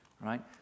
right